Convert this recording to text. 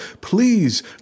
please